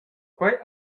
quei